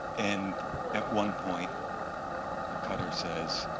and at one point the cutter says,